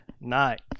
night